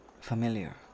familiar